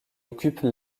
occupent